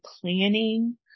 planning